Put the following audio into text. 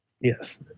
Yes